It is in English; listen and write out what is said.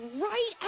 right